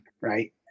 right